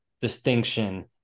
distinction